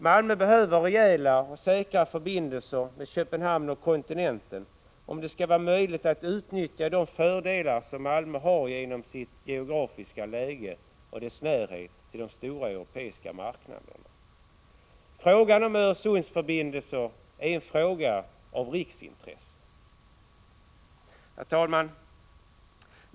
Malmö behöver rejäla och säkra förbindelser med Köpenhamn och kontinenten om det skall vara möjligt att utnyttja de fördelar som Malmö har genom sitt geografiska läge och dess närhet till de stora europeiska marknaderna. Frågan om Öresundsförbindelser är en fråga av riksintresse. Herr talman!